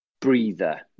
breather